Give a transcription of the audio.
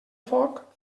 foc